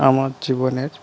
আমার জীবনের